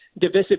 divisive